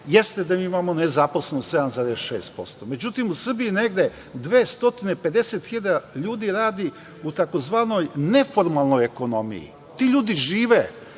Jeste da imamo nezaposlenost 7,6%, međutim, u Srbiji negde 250 hiljada ljudi radi u tzv. neformalnoj ekonomiji. Ti ljudi žive,